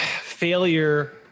failure